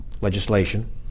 legislation